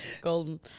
golden